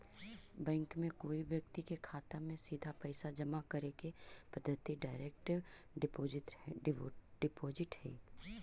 bank में कोई व्यक्ति के खाता में सीधा पैसा जमा करे के पद्धति डायरेक्ट डिपॉजिट हइ